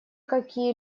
какие